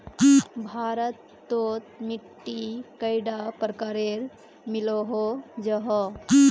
भारत तोत मिट्टी कैडा प्रकारेर मिलोहो जाहा?